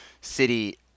city